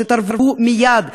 שתתערבו מייד.